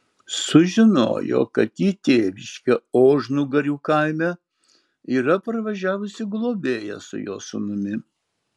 sužinojo kad į tėviškę ožnugarių kaime yra parvažiavusi globėja su jo sūnumi